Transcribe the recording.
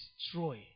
destroy